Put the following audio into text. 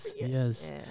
Yes